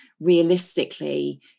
realistically